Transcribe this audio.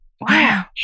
Wow